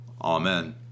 Amen